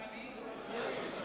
לדפוק את העניים?